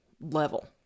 level